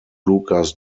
lucas